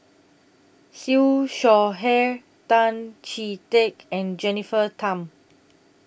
Siew Shaw Her Tan Chee Teck and Jennifer Tham